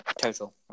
total